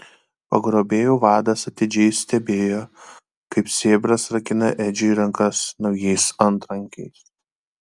pagrobėjų vadas atidžiai stebėjo kaip sėbras rakina edžiui rankas naujais antrankiais